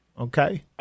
okay